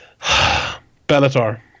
Bellator